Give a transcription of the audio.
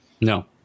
No